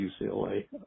UCLA